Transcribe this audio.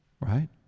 Right